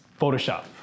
Photoshop